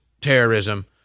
terrorism